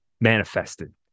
manifested